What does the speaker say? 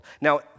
Now